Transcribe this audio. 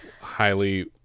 highly